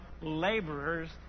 laborers